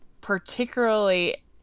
particularly